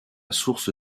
source